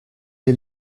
est